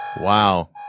Wow